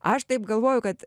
aš taip galvoju kad